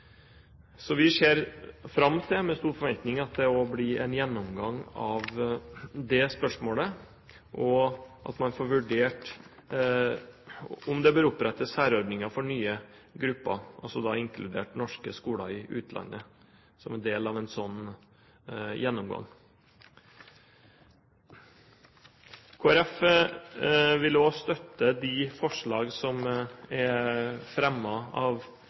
Så vi ser med stor forventning fram til at det blir en gjennomgang av det spørsmålet, og at man får vurdert om det bør opprettes særordninger for nye grupper, inkludert norske skoler i utlandet som en del av en slik gjennomgang. Kristelig Folkeparti vil også støtte det forslaget som er fremmet av